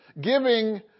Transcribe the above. Giving